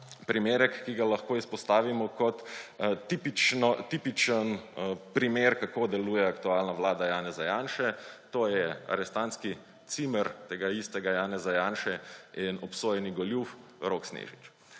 primerek, ki ga lahko izpostavimo kot tipičen primer, kako deluje aktualna vlada Janeza Janše, to je arestantski cimer tega istega Janeza Janše in obsojeni goljuf Rok Snežič.